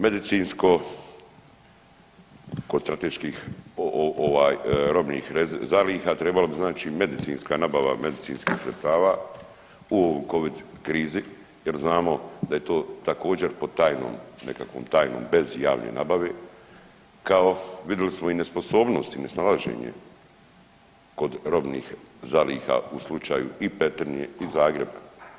Medicinsko od strateških robnih zaliha trebalo bi znači medicinska nabava medicinskih sredstava u ovoj covid krizi jer znamo da je to također pod tajnom nekakvom tajnom bez javne nabave, kao vidjeli smo i nesposobnost i nesnalaženje kod robnih zaliha u slučaju i Petrinje i Zagreba.